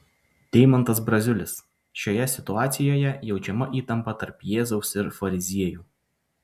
deimantas braziulis šioje situacijoje jaučiama įtampa tarp jėzaus ir fariziejų